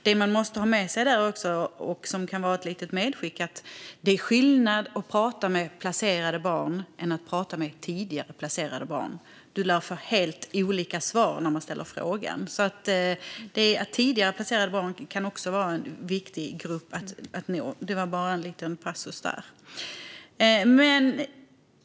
Det man måste ha med sig - det kan vara ett litet medskick - är att det är skillnad mellan att prata med placerade barn och att prata med tidigare placerade barn. Man lär få helt olika svar när man ställer frågor. Tidigare placerade barn kan alltså också vara en viktig grupp att nå - bara sagt som en liten passus.